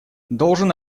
должен